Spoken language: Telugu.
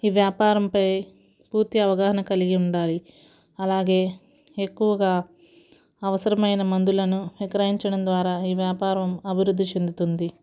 ఈ వ్యాపారంపై పూర్తి అవగాహన కలిగి ఉండాలి అలాగే ఎక్కువగా అవసరమైన మందులను విక్రయించడం ద్వారా ఈ వ్యాపారం అభివృద్ధి చెందుతుంది